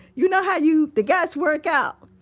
you know how you the guys work out?